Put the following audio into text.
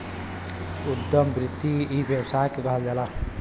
उद्यम वृत्ति इ व्यवसाय के कहल जाला